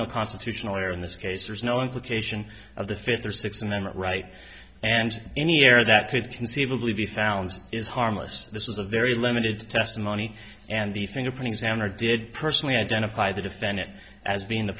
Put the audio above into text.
no constitutional lawyer in this case there's no implication of the fifth or sixth amendment right and any air that could conceivably be found is harmless this was a very limited testimony and the fingerprint examiner did personally identify the defendant as being the